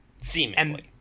seemingly